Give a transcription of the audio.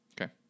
Okay